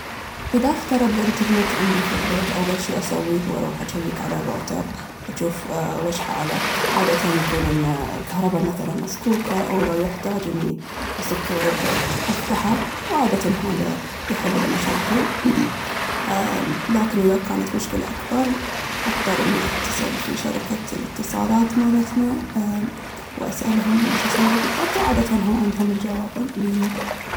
اذا اخترب الانترنت عندي في البيت أول شي اسويه هو اروح اجيّك على الروتر وأشوف ويش حاله عادةً يكون ان الكهربا مثلاً مصكوكة، أو لو يحتاج اني اصكه وأرد افتحه وعادةً هاذا يحل المشاكل لكن اذا كانت مشكلة اكبر اضطر اني اتصل في شركة الاتصالات مالتنا وأسألهم ويش اسوي بالضبط وعادةً هم عندهم الجواب